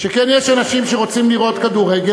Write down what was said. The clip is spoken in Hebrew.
שכן יש אנשים שרוצים לראות כדורגל,